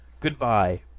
Goodbye